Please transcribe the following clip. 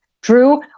Drew